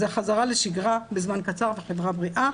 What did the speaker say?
זה החזרה לשגרה בזמן קצר וחברה בריאה.